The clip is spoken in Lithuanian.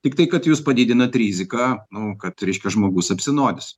tiktai kad jūs padidinat riziką nu kad reiškia žmogus apsinuodys